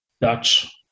Dutch